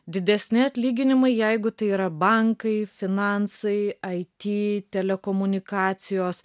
didesni atlyginimai jeigu tai yra bankai finansai it telekomunikacijos